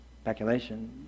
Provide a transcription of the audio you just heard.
speculation